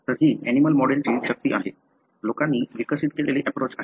तर ही ऍनिमलं मॉडेलची शक्ती आहे लोकांनी विकसित केलेले अँप्रोच आहे